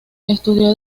estudió